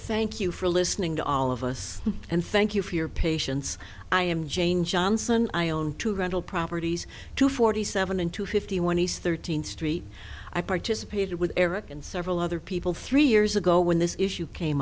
thank you for listening to all of us and thank you for your patience i am jane johnson i own two rental properties two forty seven and two fifty one east thirteenth street i participated with eric and several other people three years ago when this issue came